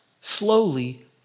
slowly